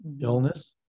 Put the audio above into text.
illness